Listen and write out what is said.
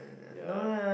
ya